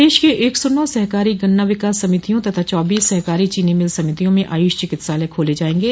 प्रदेश के एक सौ नौ सहकारी गन्ना विकास समितियों तथा चौबीस सहकारी चीनी मिल समितियों में आय्ष चिकित्सालय खोले जायेंगे